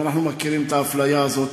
גם אנחנו מכירים את האפליה הזאת,